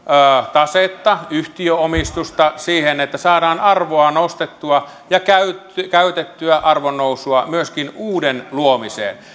tasetta yhtiöomistusta siihen että saadaan arvoa nostettua ja käytettyä arvonnousua myöskin uuden luomiseen